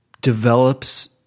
develops